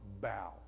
bow